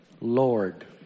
Lord